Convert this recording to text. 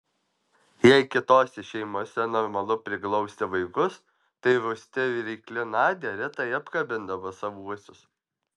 jei kitose šeimose normalu priglausti vaikus tai rūsti ir reikli nadia retai apkabindavo savuosius